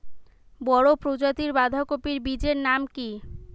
বড় প্রজাতীর বাঁধাকপির বীজের নাম কি?